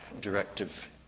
directive